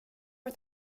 ett